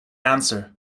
answer